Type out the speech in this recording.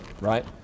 right